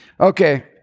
Okay